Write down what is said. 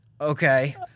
okay